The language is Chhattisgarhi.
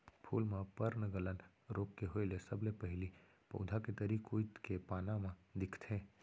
फूल म पर्नगलन रोग के होय ले सबले पहिली पउधा के तरी कोइत के पाना म दिखथे